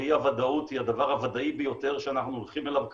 ואי הוודאות היא הדבר הוודאי ביותר שאנחנו הולכים אליו כרגע.